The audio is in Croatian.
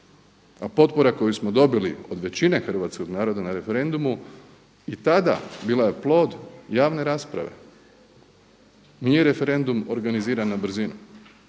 A potpora koju smo dobili od većine hrvatskog naroda na referendumu i tada bila je plod javne rasprave, nije referendum organiziran na brzinu,